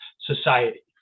society